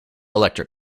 electric